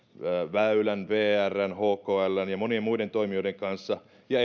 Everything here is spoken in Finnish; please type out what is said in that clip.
väylän vrn hkln ja monien muiden toimijoiden kanssa ja